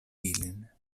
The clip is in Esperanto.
ilin